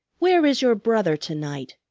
where is your brother to-night?